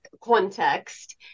context